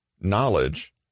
Knowledge